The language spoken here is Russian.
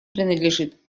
принадлежит